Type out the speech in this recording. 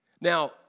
Now